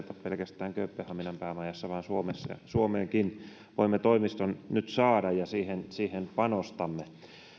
pelkästään kööpenhaminan päämajassa vaan suomeenkin voimme toimiston nyt saada ja siihen panostamme